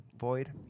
void